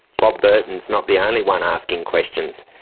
bob burton's not the only one asking questions.